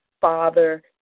father